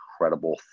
incredible